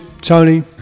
Tony